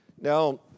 Now